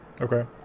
Okay